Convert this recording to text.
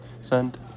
Send